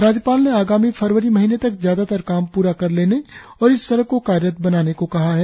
राज्यपाल ने आगामी फरवरी महीने तक ज्यादातर काम पूरा कर लेने और इस सड़क को कार्यरत बनाने को कहा है